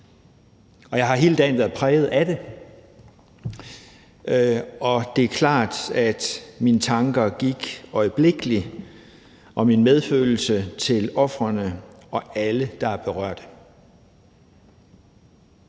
Jeg har hele dagen været præget af det, og det er klart, at mine tanker og min medfølelse øjeblikkelig gik til ofrene og alle, der er berørte.